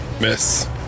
Miss